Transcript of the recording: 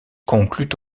conclut